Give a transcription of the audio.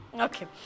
Okay